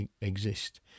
exist